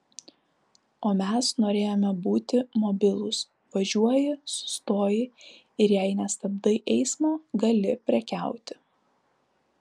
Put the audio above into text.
o mes norėjome būti mobilūs važiuoji sustoji ir jei nestabdai eismo gali prekiauti